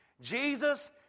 Jesus